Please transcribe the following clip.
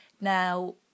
Now